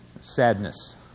Sadness